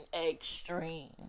extreme